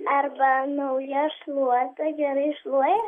arba nauja šluota gerai šluoja